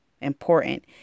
important